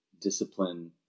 discipline